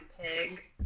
pig